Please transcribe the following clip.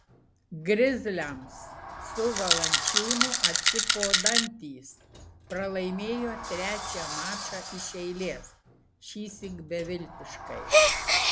grizliams su valančiūnu atšipo dantys pralaimėjo trečią mačą iš eilės šįsyk beviltiškai